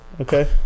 Okay